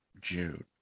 June